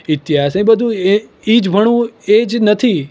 ઇતિહાસ એ બધું એ એ જ ભણવું એ જ નથી